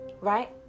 right